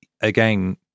again